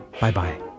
Bye-bye